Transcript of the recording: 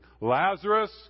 Lazarus